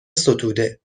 ستوده